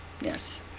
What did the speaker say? Yes